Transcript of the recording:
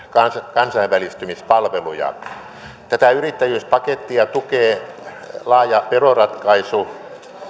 kansainvälistymispalveluja tätä yrittäjyyspakettia tukee laaja veroratkaisu